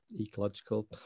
ecological